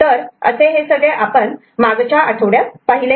तर असे आपण मागच्या आठवड्यात पाहिले